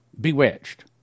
bewitched